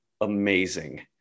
amazing